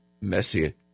messier